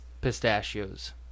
pistachios